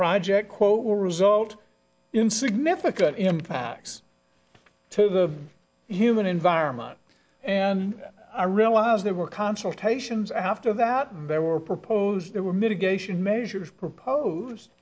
project quote will result in significant impacts to the human environment and i realize there were consultations after that there were proposed there were mitigation measures propose